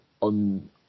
on